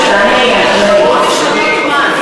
חוץ מהחלק התחתון.